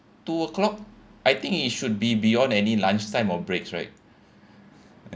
two o'clock I think it should be beyond any lunchtime or breaks right uh